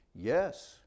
Yes